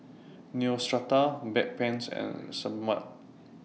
Neostrata Bedpans and Sebamed